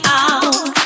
out